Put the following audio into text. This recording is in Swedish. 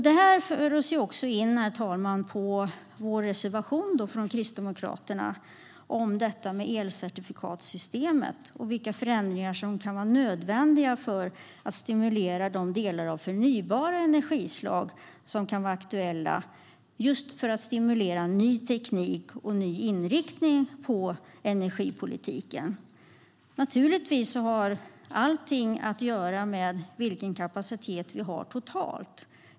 Det för oss också, herr talman, in på vår reservation från Kristdemokraterna om elcertifikatssystemet och vilka förändringar som kan vara nödvändiga för att stimulera de delar av förnybara energislag som kan vara aktuella just för att stimulera ny teknik och ny inriktning på energipolitiken. Naturligtvis har allt att göra med vilken kapacitet som vi har totalt.